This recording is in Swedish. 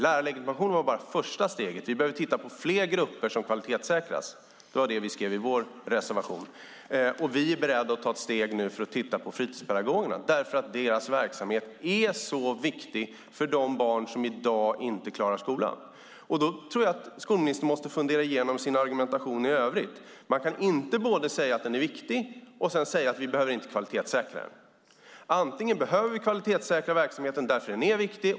Lärarlegitimationen var bara första steget. Vi behöver titta på fler grupper som behöver kvalitetssäkras. Det var det vi skrev i vår reservation. Vi är nu beredda att ta ett steg för att titta på fritidspedagogerna. Deras verksamhet är nämligen viktig för de barn som i dag inte klarar skolan. Jag tror att skolministern måste fundera igenom sin argumentation. Man kan inte säga att verksamheten är viktig och sedan säga att vi inte behöver kvalitetssäkra den. Vi behöver kvalitetssäkra verksamheten för att den är viktig.